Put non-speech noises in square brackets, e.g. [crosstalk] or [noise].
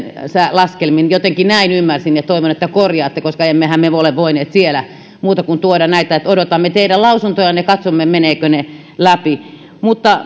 laskelmiin jotenkin näin ymmärsin ja toivon että korjaatte emmehän me ole voineet siellä muuta kuin tuoda tätä että odotamme teidän lausuntojanne ja katsomme menevätkö ne läpi mutta [unintelligible]